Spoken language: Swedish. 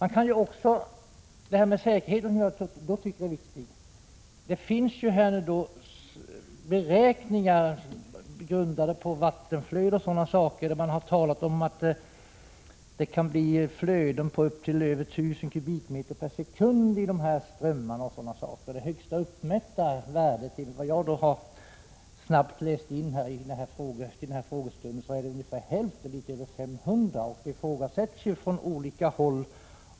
När det gäller säkerheten, som jag tycker är viktig, kan nämnas att det finns beräkningar där man talat om att det kan bli vattenflöden på upp till över 1 000 m? vatten per sekund i dessa strömmar. Enligt vad jag snabbt har kunnat läsa in till den här frågestunden är det högsta uppmätta värdet ungefär hälften, dvs. litet över 500 m? per sekund. Denna dubblering ifrågasätts från olika håll.